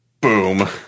Boom